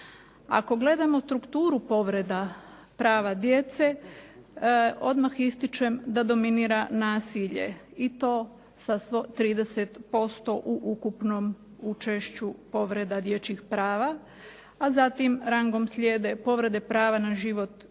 Ako gledamo strukturu povreda prava djece odmah ističem da dominira nasilje i to sa 130% u ukupnom učešću povreda dječjih prava a zatim rangom slijede povrede prava na život uz